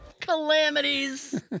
Calamities